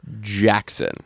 jackson